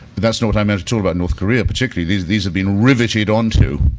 but that's not what i meant at all about north korea. particularly, these these have been riveted onto.